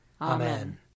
Amen